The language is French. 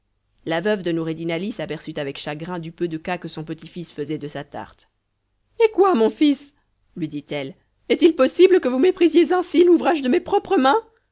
la veuve de noureddin ali s'aperçut avec chagrin du peu de cas que son petit-fils faisait de sa tarte hé quoi mon fils lui dit-elle est-il possible que vous méprisiez ainsi l'ouvrage de mes propres mains